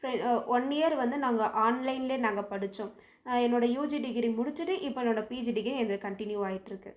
one year வந்து நாங்கள் ஆன்லைனிலே நாங்கள் படித்தோம் என்னோட யுஜி டிகிரி முடிச்சுட்டு இப்போ என்னோட பிஜி டிகிரி இது கண்டினியூ ஆகிட்ருக்கு